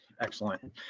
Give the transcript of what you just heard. excellent